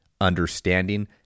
understanding